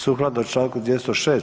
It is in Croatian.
Sukladno članku 206.